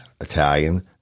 Italian